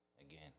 Again